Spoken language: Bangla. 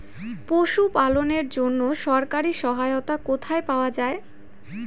পশু পালনের জন্য সরকারি সহায়তা কোথায় পাওয়া যায়?